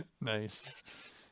Nice